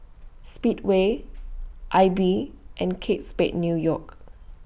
Speedway AIBI and Kate Spade New York